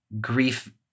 grief